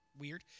weird